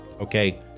Okay